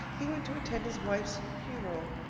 he went to attend his wife's funeral.